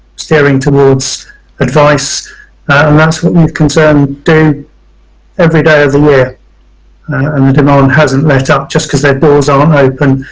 steering towards advice and that's what youth concern do every day of the year and and the demand hasn't let up just because their doors aren't open.